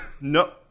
no